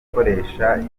gukoresha